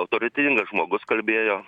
autoritetingas žmogus kalbėjo